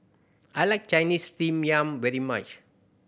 I like Chinese Steamed Yam very much